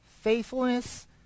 faithfulness